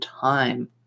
time